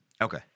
Okay